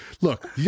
Look